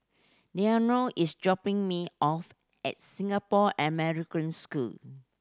Lenore is dropping me off at Singapore American School